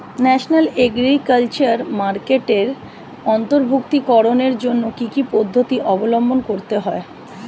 National agriculture মার্কেটে অন্তর্ভুক্তিকরণের জন্য কি কি পদ্ধতি অবলম্বন করতে হয়?